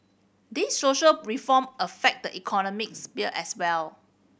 these social reform affect the economic sphere as well